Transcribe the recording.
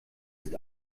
ist